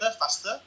faster